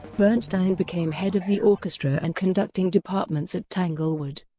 bernstein became head of the orchestra and conducting departments at tanglewood.